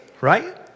right